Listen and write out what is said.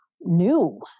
new